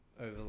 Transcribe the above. over